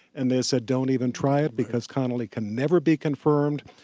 and they said, don't even try it. because connally can never be confirmed.